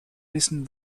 wissen